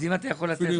אז הם אתה יכול לתת.